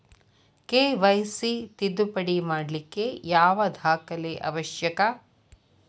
KYC ತಿದ್ದುಪಡಿ ಮಾಡ್ಲಿಕ್ಕೆ ಯಾವ ದಾಖಲೆ ಅವಶ್ಯಕ?